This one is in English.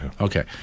Okay